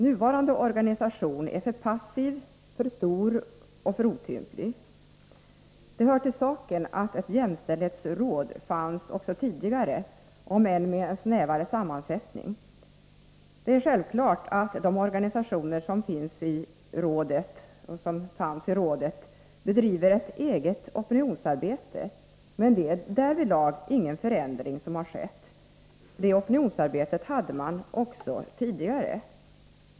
Nuvarande organisation är för passiv, för stor och för otymplig. Det hör till saken att ett jämställdhetsråd fanns också tidigare, om än med en snävare sammansättning. Självfallet bedriver de organisationer som finns och fanns i rådet ett eget opinionsarbete. Därvidlag har ingen förändring skett. Det opinionsarbetet bedrev man även tidigare.